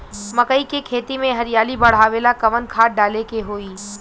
मकई के खेती में हरियाली बढ़ावेला कवन खाद डाले के होई?